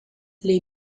les